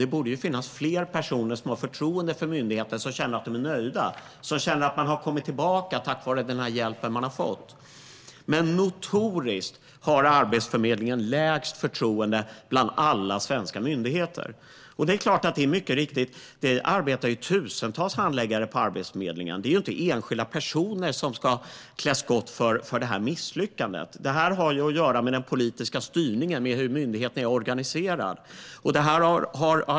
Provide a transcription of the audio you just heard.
Det borde finnas fler personer som har förtroende för myndigheten och som känner att de är nöjda, som känner att de har kommit tillbaka till arbetsmarknaden tack vare den hjälp som man har fått. Men notoriskt har Arbetsförmedlingen lägst förtroende bland alla svenska myndigheter. Det arbetar ju tusentals handläggare på Arbetsförmedlingen, men det är inte enskilda personer som ska klä skott för detta misslyckande. Det har ju att göra med den politiska styrningen och hur myndigheten är organiserad.